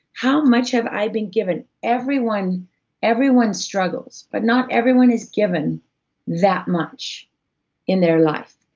how much have i been given? everyone everyone struggles, but not everyone is given that much in their life.